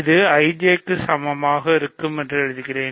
இது IJ க்கு சமமாக இருக்கும் என்று எழுதுகிறேன்